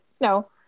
no